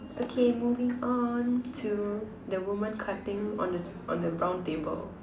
okay moving on to the woman cutting on the on the brown table